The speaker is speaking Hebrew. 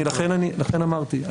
לכן אמרתי.